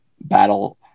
battle